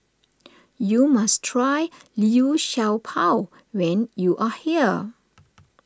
you must try Liu Sha Bao when you are here